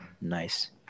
Nice